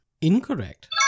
Incorrect